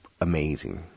amazing